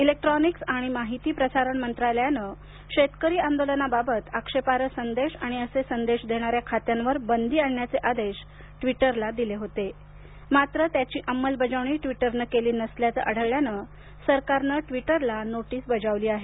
electronics आणि माहिती प्रसारण मंत्रालयानं शेतकरी आंदोलनाबाबत आक्षेपार्ह संदेश आणि असे संदेश देणाऱ्या खात्यांवर बंदी आणणायचे आदेश ट्विटरला दिले होतेमात्र त्याची अंमलबजावणी ट्विटरनं केली नसल्याचं आढळल्यानं सरकारनं ट्विटरला नोटीस बजावली आहे